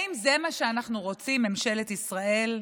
האם זה מה שאנחנו רוצים, ממשלת ישראל?